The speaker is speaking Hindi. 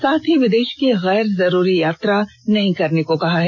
साथ ही विदेश की गैर जरूरी यात्रा नहीं करने को कहा है